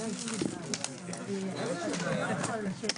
ננעלה בשעה